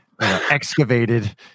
excavated